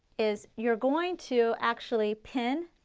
is you're going to actually pin